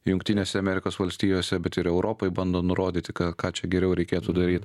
jungtinėse amerikos valstijose bet ir europoje bando nurodyti ką ką čia geriau reikėtų daryti